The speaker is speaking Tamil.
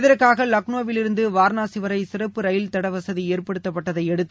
இதற்காக லக்னோவில் இருந்து வாரணாசி வரை சிறப்பு ரயில் தட வசதி ஏற்படுத்தப்பட்டதை அடுத்து